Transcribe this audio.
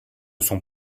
sont